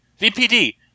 VPD